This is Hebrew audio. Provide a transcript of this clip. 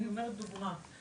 אני אומרת דוגמה,